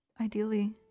Ideally